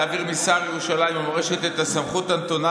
להעביר משר ירושלים ומורשת את הסמכות הנתונה